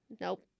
Nope